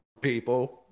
people